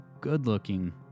good-looking